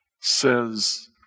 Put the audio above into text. says